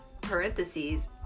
parentheses